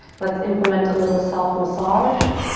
let's implement a little self massage.